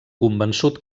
convençut